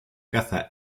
caza